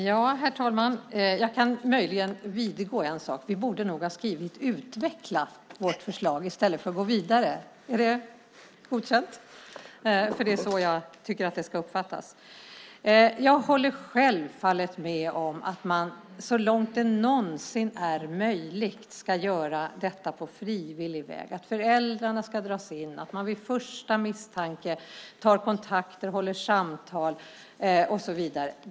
Herr talman! Jag kan möjligen vidgå en sak. Vi borde nog ha skrivit "utveckla" vårt förslag i stället för "att gå vidare". Är det godkänt? Det är så jag tycker att det ska uppfattas. Jag håller självfallet med om att man så långt det någonsin är möjligt ska göra detta på frivillig väg och föräldrarna ska dras in. Man ska vid första misstanke ta kontakter och hålla samtal och så vidare.